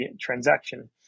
transaction